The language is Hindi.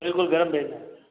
बिल्कुल गरम भेजना